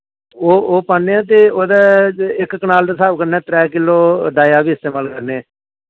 ते ओह् ओह् पान्ने आं ते ओह्दे च इक कनाल दे स्हाब कन्नै त्रै किलो डाया बी इस्तेमाल करने आं